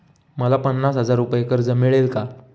मला पन्नास हजार रुपये कर्ज मिळेल का?